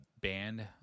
band